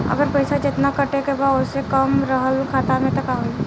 अगर पैसा जेतना कटे के बा ओसे कम रहल खाता मे त का होई?